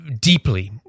deeply